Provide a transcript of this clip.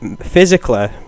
physically